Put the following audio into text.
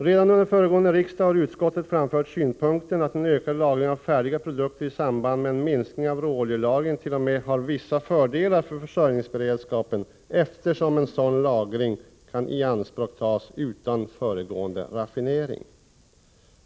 Redan under föregående riksmöte har utskottet framfört synpunkten att en ökad lagring av färdiga produkter i samband med en minskning av råoljelagringen t.o.m. har vissa fördelar för försörjningsberedskapen, eftersom en sådan lagring kan ianspråktas utan föregående raffinering.